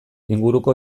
inguruko